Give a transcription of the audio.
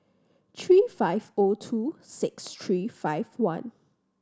three five O two six three five one